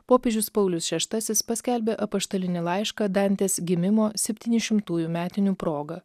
popiežius paulius šeštasis paskelbė apaštalinį laišką dantės gimimo septynišimtųjų metinių proga